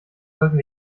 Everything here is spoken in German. sollten